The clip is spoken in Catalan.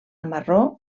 marró